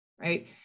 right